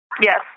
Yes